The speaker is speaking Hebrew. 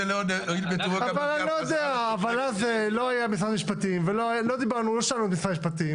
אבל אז לא היה משרד המשפטים ולא שאלנו אותו,